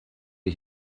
ich